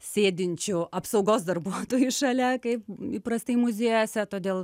sėdinčių apsaugos darbuotojų šalia kaip įprastai muziejuose todėl